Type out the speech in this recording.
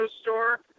store